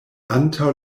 antaŭ